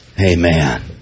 Amen